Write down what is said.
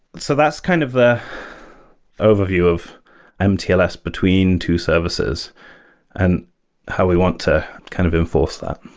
so that's kind of the overview of mtls between two services and how we want to kind of enforce them.